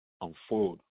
unfold